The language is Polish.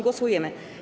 Głosujemy.